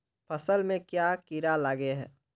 फसल में क्याँ कीड़ा लागे है?